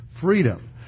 freedom